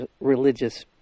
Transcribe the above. religious